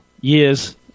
years